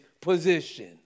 position